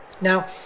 Now